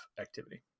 activity